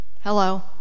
hello